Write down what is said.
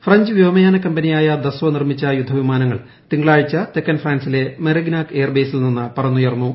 French വ്യോമയാന കമ്പനിയായ Dassault നിർമ്മിച്ച യുദ്ധവിമാനങ്ങൾ തിങ്കളാഴ്ച തെക്കൻ ഫ്രാൻസിലെ മെറിഗ്നാക് എയർ ബേസിൽ നിന്ന് പറന്നുയർന്നു